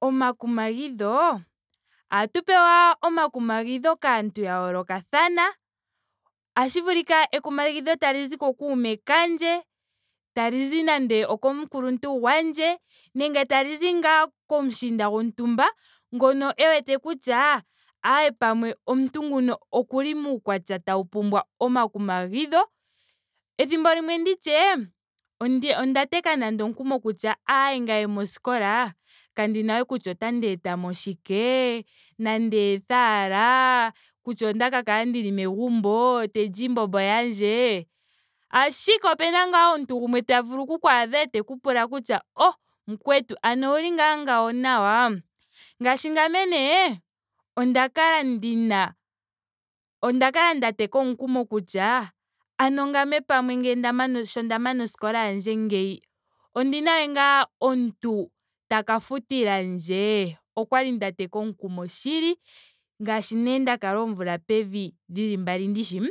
Omakumagidho. ohatu pewa omakumagidho kaantu ya yoolokathana. otashi vulika ekumagidho talizi ku kuume kandje. talizi nando okomukuluntu gwandje nenge pamwe talizi ngaa komushiinda gontumba ngono e wete kutya ae pamwe omuntu nguno okuli muukwatya tau pumbwa omakumagidho. Ethimbo limwe nditye ondi onda teka nando omukumo kutya ae ngame moskola kandina we kutya otandi etamo shike. nandi ethe ashike. kutya onda ka kala ndili megumbo. tandi li iimbombo yandje. ashike opena ngaa omuntu gumwe ta vulu oku ku adha eteku pula kutya oh mukwetu ano ouli ngaa ngawo nawa? Ngaashi ngame nee onda kala ndina onda kala nda teka omukumo kutya ano ngame pamwe ngele sho nda mana oskola yandje ngeyi. ondina we ngaa omuntu taka futilandje? Okwali nda teka omukumo shili. Ngaashi nee nda kala oomvula pevi dhili mbali ndishi.